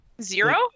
Zero